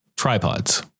Tripods